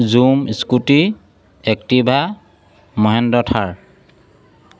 zoom scooty Activa Mahindra Thar